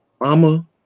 Mama